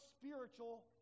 spiritual